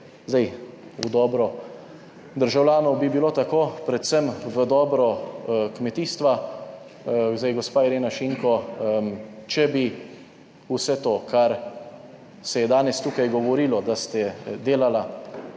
Zdaj, v dobro državljanov bi bilo tako, predvsem v dobro kmetijstva. Zdaj gos Irena Šinko, če bi vse to kar se je danes tukaj govorilo, da ste delala